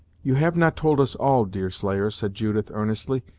you have not told us all, deerslayer, said judith earnestly.